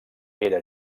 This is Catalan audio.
era